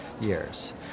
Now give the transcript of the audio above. years